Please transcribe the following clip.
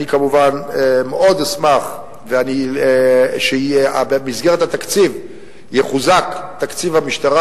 אני כמובן אשמח מאוד אם במסגרת התקציב יחוזק תקציב המשטרה,